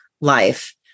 life